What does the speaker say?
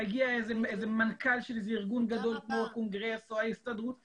מגיע איזה מנכ"ל של איזה ארגון גדול כמו הקונגרס או ההסתדרות,